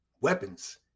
weapons